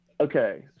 Okay